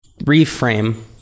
reframe